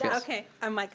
yeah okay, i'm like,